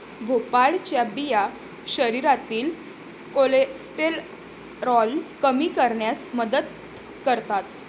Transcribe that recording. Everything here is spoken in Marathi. भोपळ्याच्या बिया शरीरातील कोलेस्टेरॉल कमी करण्यास मदत करतात